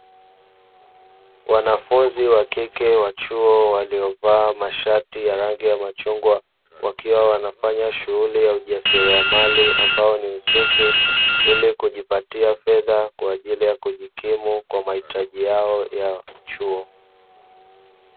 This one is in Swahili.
Wanafunzi wa kike wa chuo waliovaa mashati ya rangi ya machungwa, wakiwa wanafanya shughuli ya ujasiriamali ambayo ni ususi, ili kujipatia fedha kwa ajili ya kujikimu, kwa mahitaji yao ya chuo.